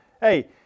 hey